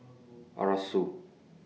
Arasu